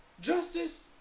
justice